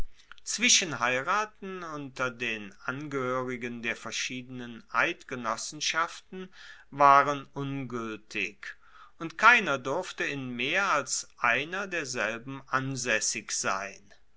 zwischenheiraten unter den angehoerigen der verschiedenen eidgenossenschaften waren ungueltig und keiner durfte in mehr als einer derselben ansaessig sein